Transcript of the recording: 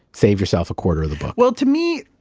save yourself a quarter of the book well, to me,